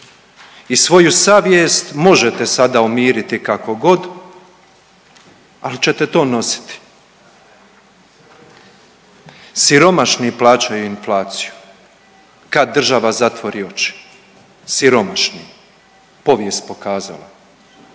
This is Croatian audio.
i svoju savjest možete sada umiriti kako god, al ćete to nositi. Siromašni plaćaju inflaciju kad država zatvori oči, siromašni, povijest pokazala.